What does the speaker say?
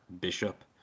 Bishop